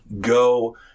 go